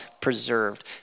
preserved